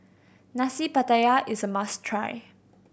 Nasi Pattaya is a must try